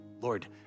Lord